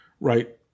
right